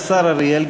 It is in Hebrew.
השר אריאל,